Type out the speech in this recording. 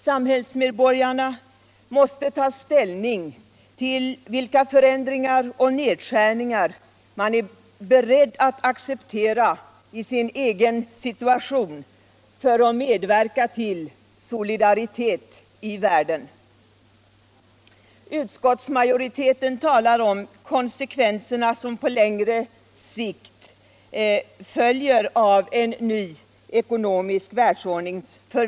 Samhällsmedborgarna måste ta ställning till vilka förändringar och nedskärningar de är beredda att acceptera i sin egen situation för att medverka till solidaritet i världen. Utskotltsmajoriteten talar om de konsekvenser som på längre sikt följer av en ny ekonomisk världsordning.